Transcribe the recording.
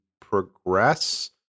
progress